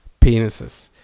penises